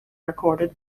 recorded